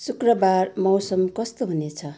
शुक्रबार मौसम कस्तो हुनेछ